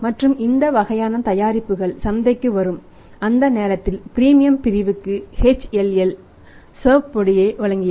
மற்றும் இந்த வகையான தயாரிப்புகள் சந்தைக்கு வரும் அந்த நேரத்தில் பிரீமியம் பிரிவுக்கு HLL சர்ப் பொடியை வழங்கியது